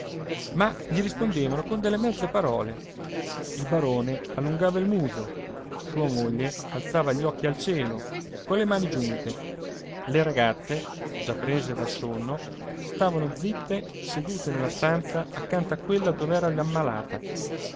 ma gli rispondevano con delle mezze parole il barone allungava il muso sua moglie alzava gli occhi al cielo colle mani giunte le ragazze già prese dal sonno stavano zitte sedute nella stanza accanto a quella dov'era l'ammalata